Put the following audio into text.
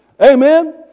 Amen